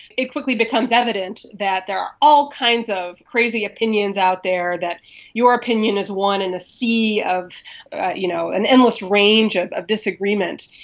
it quickly becomes evident that there are all kinds of crazy opinions out there, that your opinion is one in a sea of you know an endless range of of disagreement.